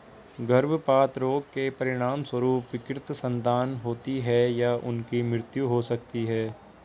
गर्भपात रोग के परिणामस्वरूप विकृत संतान होती है या उनकी मृत्यु हो सकती है